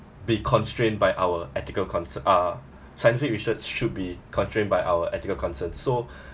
be constrained by our ethical concer~ uh scientific research should be constrained by our ethical concerns so